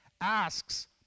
asks